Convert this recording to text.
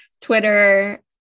Twitter